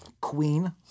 queen